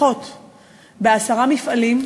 לפחות בעשרה מפעלים,